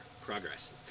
progress